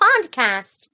podcast